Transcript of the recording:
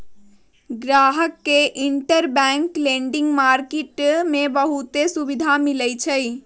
गाहक के interbank lending market में बहुते सुविधा मिलई छई